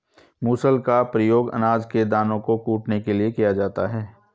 मूसल का प्रयोग अनाज के दानों को कूटने के लिए किया जाता है